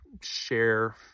share